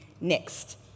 next